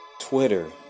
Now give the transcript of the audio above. Twitter